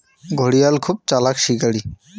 ঘড়িয়াল খুব চালাক শিকারী